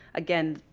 again,